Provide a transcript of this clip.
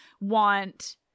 want